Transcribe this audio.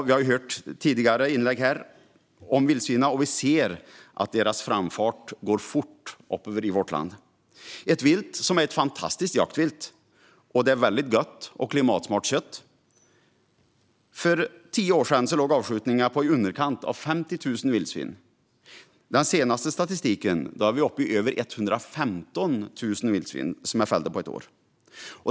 I tidigare inlägg har vi hört om vildsvinen, och vi ser att deras framfart över landet går fort. Vildsvin är ett fantastiskt jaktvilt, och det ger mycket gott och klimatsmart kött. För tio år sedan låg avskjutningen på knappt 50 000 vildsvin. Enligt den senaste statistiken är den uppe i över 115 000 fällda vildsvin på ett år.